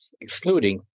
excluding